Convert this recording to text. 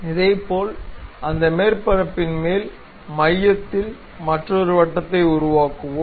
இதேபோல் அந்த மேற்பரப்பின் மேல் மையத்தில் மற்றொரு வட்டத்தை உருவாக்குவோம்